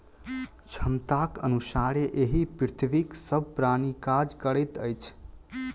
क्षमताक अनुसारे एहि पृथ्वीक सभ प्राणी काज करैत अछि